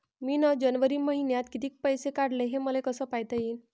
मिन जनवरी मईन्यात कितीक पैसे काढले, हे मले कस पायता येईन?